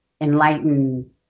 enlighten